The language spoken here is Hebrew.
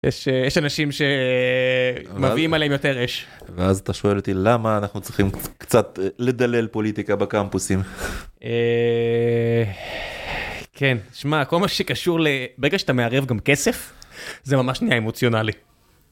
יש יש אנשים שמביאים עליהם יותר אש ואז אתה שואל אותי למה אנחנו צריכים קצת לדלל פוליטיקה בקמפוסים. אה.. כן שמע כל מה שקשור לברגע שאתה מערב גם כסף זה ממש נהיה אמוציונלי.